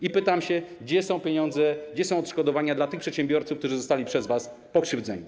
I pytam się, gdzie są pieniądze, gdzie są odszkodowania dla tych przedsiębiorców, którzy zostali przez was pokrzywdzeni?